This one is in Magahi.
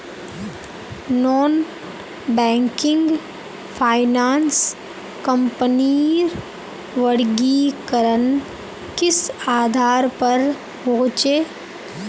नॉन बैंकिंग फाइनांस कंपनीर वर्गीकरण किस आधार पर होचे?